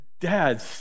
dad